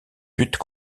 but